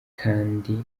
kandi